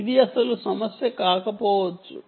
ఇది అస్సలు సమస్య కాకపోవచ్చు